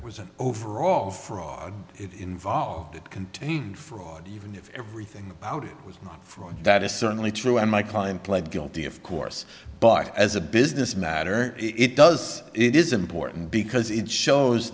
there was an overall fraud involved that contained fraud even if everything out from that is certainly true and my client pled guilty of course but as a business matter it does it is important because it shows